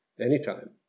Anytime